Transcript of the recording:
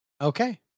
Okay